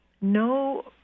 no